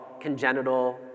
congenital